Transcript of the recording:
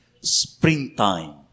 springtime